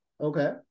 Okay